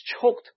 choked